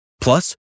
Plus